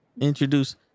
introduce